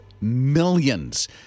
millions